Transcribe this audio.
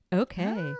okay